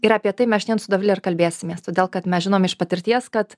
ir apie tai mes šiandien su dovile ir kalbėsimės todėl kad mes žinom iš patirties kad